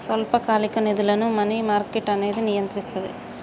స్వల్పకాలిక నిధులను money market అనేది నియంత్రిస్తది